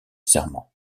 serment